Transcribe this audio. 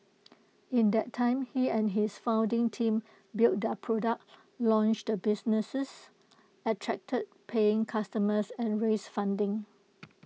in that time he and his founding team built their product launched the businesses attracted paying customers and raised funding